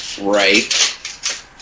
Right